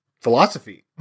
philosophy